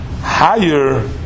higher